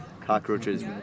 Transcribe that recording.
cockroaches